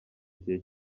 gihe